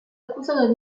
accusata